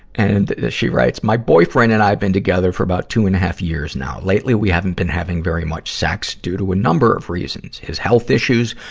and, she writes, my boyfriend and i have been together for about two and a half years now. lately, we haven't been having very much sex, due to a number of reasons his health issues,